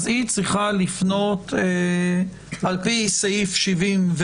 היא צריכה לפנות על פי סעיף 74,